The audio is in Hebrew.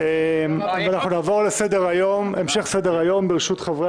נעבור להמשך סדר-היום ברשות חברי